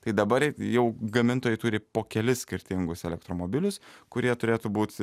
tai dabar jau gamintojai turi po kelis skirtingus elektromobilius kurie turėtų būt